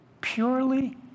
purely